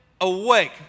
awake